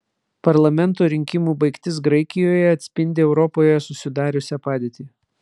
parlamento rinkimų baigtis graikijoje atspindi europoje susidariusią padėtį